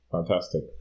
Fantastic